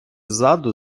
ззаду